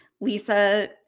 Lisa